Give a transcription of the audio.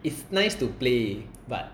it's nice to play but